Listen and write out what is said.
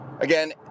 Again